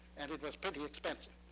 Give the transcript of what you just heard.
and it was pretty expensive.